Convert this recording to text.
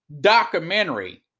documentary